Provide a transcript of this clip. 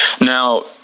Now